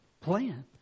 plan